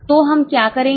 तो हम क्या करेंगे